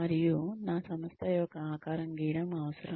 మరియు నా సంస్థ యొక్క ఆకారం గీయడం అవసరం